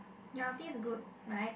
your ulti is good right